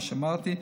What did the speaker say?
מה שאמרתי,